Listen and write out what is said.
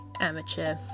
amateur